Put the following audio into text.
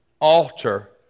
alter